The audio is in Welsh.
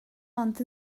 ond